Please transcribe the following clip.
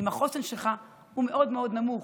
החוסן שלך הוא מאוד מאוד נמוך,